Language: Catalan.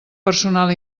personal